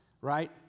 right